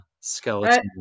Skeleton